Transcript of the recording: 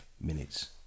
minutes